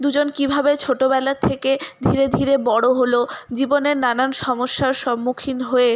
দুজন কীভাবে ছোটোবেলার থেকে ধীরে ধীরে বড় হলো জীবনে নানান সমস্যার সম্মুখীন হয়ে